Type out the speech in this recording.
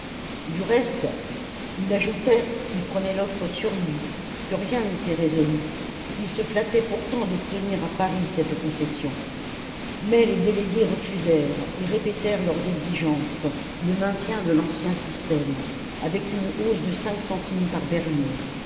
du reste il ajoutait qu'il prenait l'offre sur lui que rien n'était résolu qu'il se flattait pourtant d'obtenir à paris cette concession mais les délégués refusèrent et répétèrent leurs exigences le maintien de l'ancien système avec une hausse de cinq centimes par berline